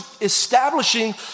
establishing